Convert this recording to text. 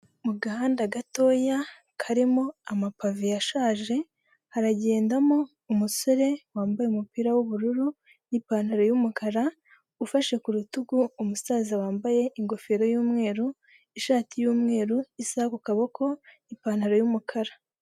Mu gahanda gatoya karimo amapave yashaje, haragendamo umusore wambaye umupira w'ubururu n'ipantaro y'umukara, ufashe ku rutugu umusaza wambaye ingofero y'umweru, ishati y'umweru, isaha ku kaboko, n'ipantaro y'umukara.